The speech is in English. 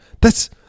thats